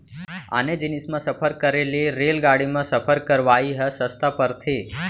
आने जिनिस म सफर करे ले रेलगाड़ी म सफर करवाइ ह सस्ता परथे